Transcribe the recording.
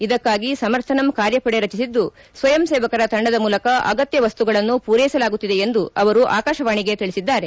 ಇದಕ್ಕಾಗಿ ಸಮರ್ಥನಮ್ ಕಾರ್ಯಪಡೆ ರಚಿಸಿದ್ದು ಸ್ವಯಂ ಸೇವಕರ ತಂಡದ ಮೂಲಕ ಅಗತ್ಯ ವಸ್ತುಗಳನ್ನು ಪೂರೈಸಲಾಗುತ್ತಿದೆ ಎಂದು ಅವರು ಆಕಾಶವಾಣಿಗೆ ತಿಳಿಸಿದ್ದಾರೆ